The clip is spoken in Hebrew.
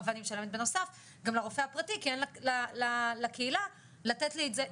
אבל אני משלמת בנוסף גם לרופא הפרטי כי אין לקהילה לתת לי את זה.